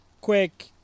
quick